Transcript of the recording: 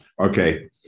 okay